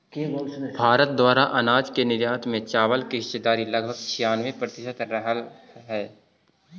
भारत द्वारा अनाज के निर्यात में चावल की हिस्सेदारी लगभग छियानवे प्रतिसत रहलइ हल